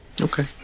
Okay